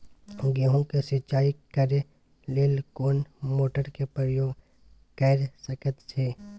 गेहूं के सिंचाई करे लेल कोन मोटर के प्रयोग कैर सकेत छी?